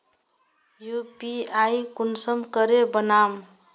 UPI कुंसम करे बनाम?